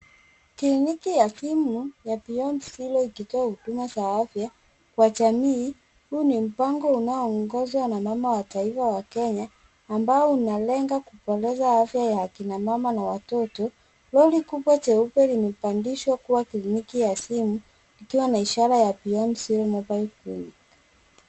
Kliniki ya simu ya beyond zero ikitoa huduma za afya kwa jamii. Huu ni mpango unaoongozwa na mama wa taifa wa Kenya ambao unalenga kuboresha afya ya kina mama na watoto. Lori kubwa jeupe limebadilishwa kuwa kliniki ya simu ikiwa na ishara ya, beyond zero mobile clinic.